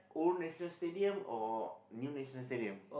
old National-Stadium or new National-Stadium